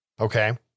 Okay